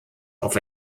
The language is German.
auf